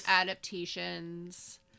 adaptations